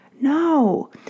No